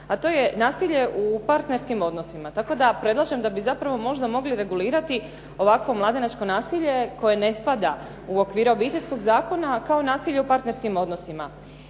a to je nasilje u partnerskim odnosima. Tako da predlažem da bi zapravo možda mogli regulirati ovako mladenačko nasilje koje ne spada u okvire Obiteljskog zakona kao nasilje u partnerskim odnosima.